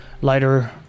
lighter